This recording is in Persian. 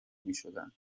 میشدند